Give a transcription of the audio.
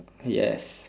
yes